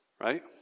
right